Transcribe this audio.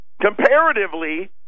Comparatively